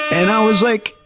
and i was, like,